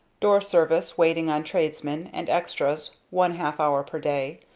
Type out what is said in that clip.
door service, waiting on tradesmen, and extras one-half hour per day.